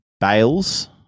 Bales